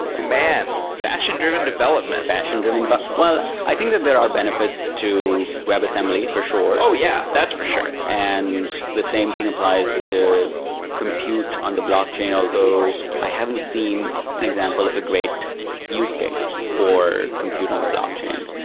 man! fashion-driven development fashion-driven development. but well, i think that there are benefits to webassembly for sure oh, yeah. that's for sure and the same thing applies to compute on the blockchain. although i haven't seen an example of a great use case for compute on the blockchain.